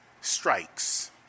strikes